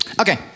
Okay